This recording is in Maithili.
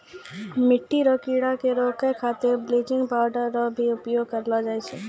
मिट्टी रो कीड़े के रोकै खातीर बिलेचिंग पाउडर रो भी उपयोग करलो जाय छै